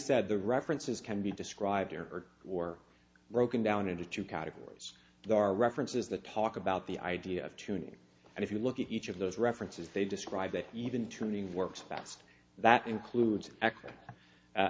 said the references can be described or or broken down into two categories there are references the talk about the idea of tuning and if you look at each of those references they describe that even turning works fast that includes